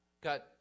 got